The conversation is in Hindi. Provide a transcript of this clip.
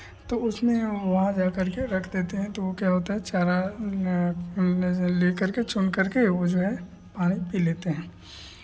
तो उसमें हम वहाँ जा करके रख देते हैं तो वो क्या होता है चारा ले करके चुन करके वो जो है पानी पी लेते हैं